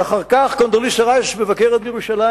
ואחר כך קונדליסה רייס מבקרת בירושלים